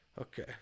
Okay